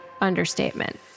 understatement